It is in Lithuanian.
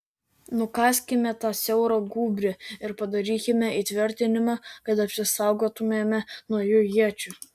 nukaskime tą siaurą gūbrį ir padarykime įtvirtinimą kad apsisaugotumėme nuo jų iečių